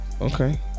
Okay